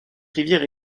rivière